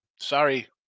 Sorry